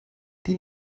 die